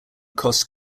cost